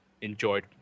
enjoyed